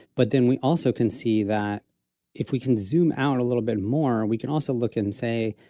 but then we also can see that if we can zoom out a little bit more, we can also look and say,